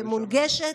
מונגשת,